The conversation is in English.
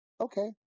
Okay